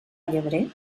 llebrer